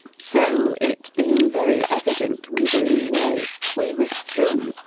so, it being very evident we were in the way, we withdrew,